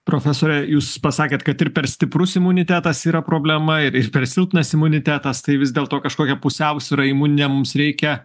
profesore jūs pasakėt kad ir per stiprus imunitetas yra problema ir ir per silpnas imunitetas tai vis dėlto kažkokią pusiausvyrą imuninę mums reikia